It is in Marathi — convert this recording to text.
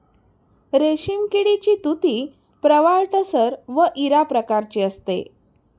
रेशीम किडीची तुती प्रवाळ टसर व इरा प्रकारची असते